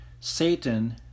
Satan